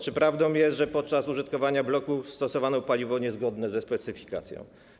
Czy prawdą jest, że podczas użytkowania bloku stosowano paliwo niezgodne ze specyfikacją?